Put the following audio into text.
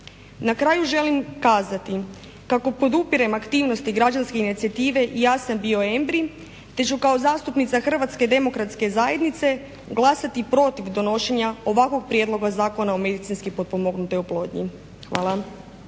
Na kraju želim kazati kako podupirem aktivnosti Građanske inicijative i …/Govornica se ne razumije./… te ću kao zastupnica Hrvatske demokratske zajednice glasati protiv donošenja ovakvog Prijedloga zakona o medicinski potpomognutoj oplodnji. Hvala.